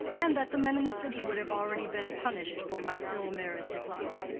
and that the men in the city would have already been punished for my ill-merited luck.